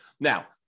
Now